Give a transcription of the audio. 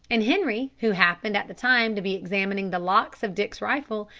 and henri, who happened at the time to be examining the locks of dick's rifle,